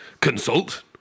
consult